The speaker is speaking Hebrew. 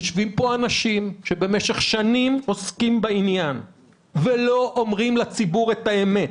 יושבים כאן אנשים שבמשך שנים עוסקים בעניין ולא אומרים לציבור את האמת.